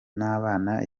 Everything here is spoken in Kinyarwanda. n’abana